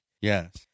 Yes